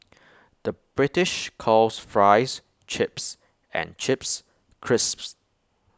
the British calls Fries Chips and Chips Crisps